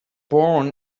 born